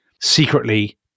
secretly